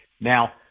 now